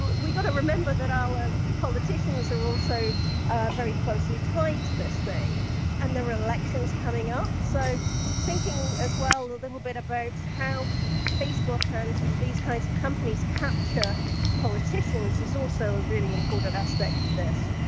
we've got to remember that our politicians are also ah very closely tied to this thing and there are elections coming up, so thinking as well a little bit about how facebook and these kinds of companies capture politicians is also a really important aspect of this.